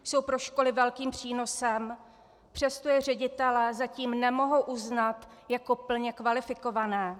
Jsou pro školy velkým přínosem, přesto je ředitelé zatím nemohou uznat jako plně kvalifikované.